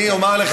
אני אומר לך,